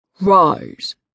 Rise